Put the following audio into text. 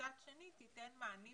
ומצד אחר תיתן מענים